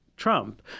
Trump